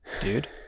dude